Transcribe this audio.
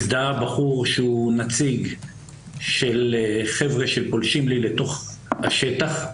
הזדהה בחור שהוא נציג של חבר'ה שפולשים לי לתוך השטח.